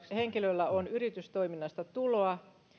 henkilöllä on yritystoiminnasta tuloa